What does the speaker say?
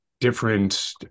different